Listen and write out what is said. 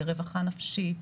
לרווחה נפשית,